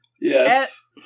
Yes